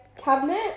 cabinet